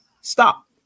stop